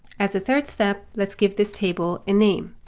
as a third step, let's give this table a name.